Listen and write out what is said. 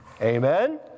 Amen